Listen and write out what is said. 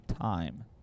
time